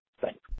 Thanks